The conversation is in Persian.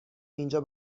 اینجا